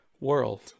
world